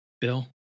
Bill